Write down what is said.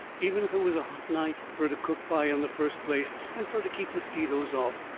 even if it was a hot night, fur to cook by in the first place, and fur to keep mosquitoes off,